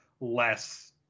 less